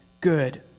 good